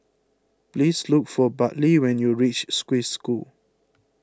please look for Bartley when you reach Swiss School